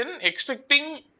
expecting